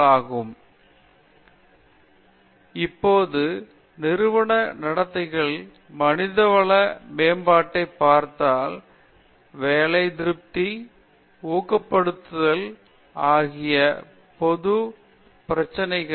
பேராசிரியர் உஷா மோகன் இப்போது நிறுவன நடத்தைகளில் மனித வள மேம்பாட்டை பார்த்தால் வேலை திருப்தி ஊக்கப்படுத்துதல் ஆகியவை பொதுவான பிரச்சினைகள்